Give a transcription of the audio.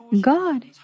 God